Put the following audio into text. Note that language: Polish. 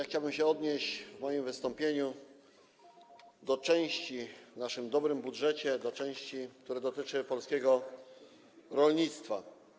Chciałbym się odnieść w moim wystąpieniu do części w naszym dobrym budżecie, która dotyczy polskiego rolnictwa.